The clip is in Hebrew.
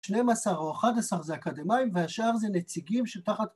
‫12 או 11 זה אקדמיים, ‫והשאר זה נציגים של תחת...